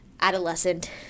adolescent